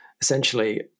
essentially